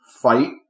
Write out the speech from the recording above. fight